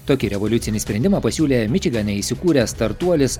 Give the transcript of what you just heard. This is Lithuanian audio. tokį revoliucinį sprendimą pasiūlė mičigane įsikūręs startuolis